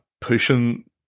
pushing